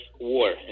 WAR